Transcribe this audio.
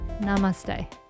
Namaste